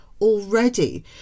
already